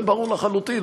זה ברור לחלוטין.